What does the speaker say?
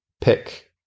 pick